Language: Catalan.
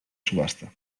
subhasta